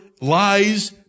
lies